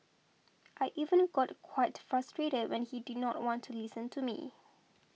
I even got quite frustrated when he did not want to listen to me